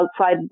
outside